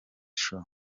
show